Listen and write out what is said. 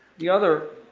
the other